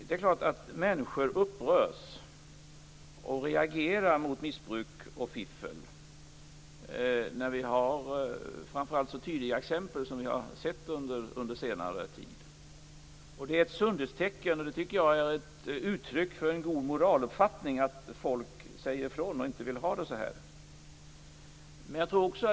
Det är klart att människor upprörs och reagerar mot missbruk och fiffel. Under senare tid har vi sett tydliga exempel. Det är ett sundhetstecken och ett uttryck för en god moraluppfattning att folk säger ifrån att de inte vill ha det så.